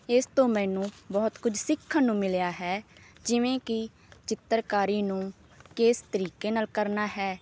ਇਸ ਤੋਂ ਮੈਨੂੰ ਬਹੁਤ ਕੁਝ ਸਿੱਖਣ ਨੂੰ ਮਿਲਿਆ ਹੈ ਜਿਵੇਂ ਕਿ ਚਿੱਤਰਕਾਰੀ ਨੂੰ ਕਿਸ ਤਰੀਕੇ ਨਾਲ ਕਰਨਾ ਹੈ